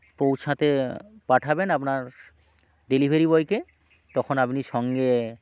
পৌঁছাতে পাঠাবেন আপনার স ডেলিভারি বয়কে তখন আপনি সঙ্গে